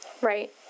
Right